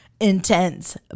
intense